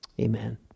amen